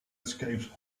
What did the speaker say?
escapes